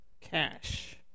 cash